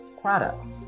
products